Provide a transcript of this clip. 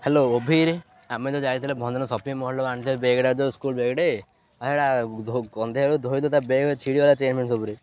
hello ଓଭିର ଆମେ ଯେଉଁ ଯାଇଥିଲେ ଭଞ୍ଜନଗର ସପିଂ ମଲ୍ରୁ ଆଣିଥିଲେ ବେଗ୍ଟା ଯେଉଁ ସ୍କୁଲ୍ ବେଗ୍ଟେ ଆଉ ହେଇଟା ଗନ୍ଧେଇଲାବେଳକୁ ଧୋଇଲୁ ତା ବେଗ୍ ଛିଡ଼ିଗଲା ଚେନ୍ଗୁଡା ସବୁରେ